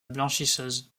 blanchisseuse